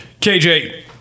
KJ